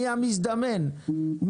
מי המזדמן,